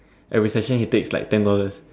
every session he takes like ten dollars